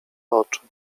oczu